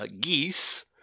Geese